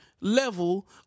level